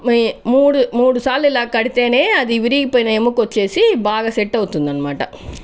మూడు మూడు సార్లు ఇలా కడితేనే అది విరిగిపోయిన ఎముకొచ్చేసి బాగా సెట్ అవుతుందన్మాట